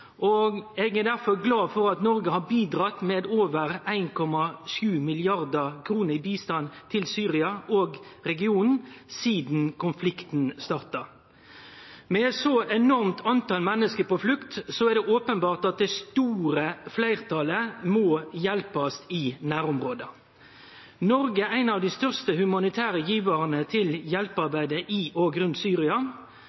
og eg er derfor glad for at Noreg har bidratt med over 1,7 mrd. kr i bistand til Syria og regionen sidan konflikten starta. Med ei så enorm mengd menneske på flukt, er det openbert at det store fleirtalet må hjelpast i nærområda. Noreg er ein av dei største humanitære givarane til